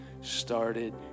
started